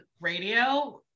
radio